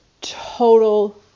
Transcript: total